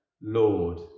Lord